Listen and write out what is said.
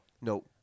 No